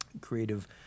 Creative